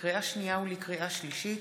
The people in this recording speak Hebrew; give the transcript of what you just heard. לקריאה שנייה ולקריאה שלישית: